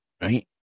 right